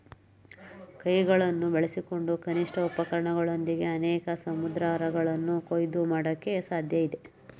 ಕೈಗಳನ್ನು ಬಳಸ್ಕೊಂಡು ಕನಿಷ್ಠ ಉಪಕರಣಗಳೊಂದಿಗೆ ಅನೇಕ ಸಮುದ್ರಾಹಾರಗಳನ್ನ ಕೊಯ್ಲು ಮಾಡಕೆ ಸಾಧ್ಯಇದೆ